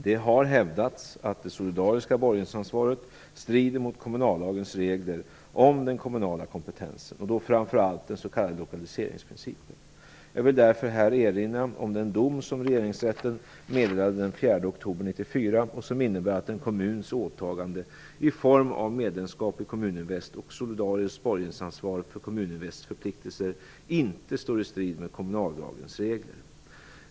Det har hävdats att det solidariska borgensansvaret strider mot kommunallagens regler om den kommunala kompetensen och då framför allt den s.k. lokaliseringsprincipen. Jag vill därför här erinra om den dom som Regeringsrätten meddelade den 4 oktober 1994 och som innebär att en kommuns åtagande i form av medlemskap i Kommuninvest och solidariskt borgensansvar för Kommuninvests förpliktelser inte står i strid med kommunallagens regler.